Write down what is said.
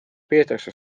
peetakse